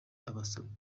abasomyi